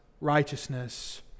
righteousness